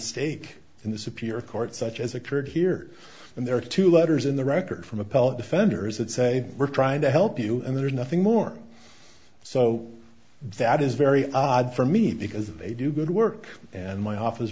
stake in the superior court such as occurred here and there are two letters in the record from appellate defenders that say we're trying to help you and there's nothing more so that is very odd for me because they do good work and my office